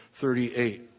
38